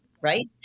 Right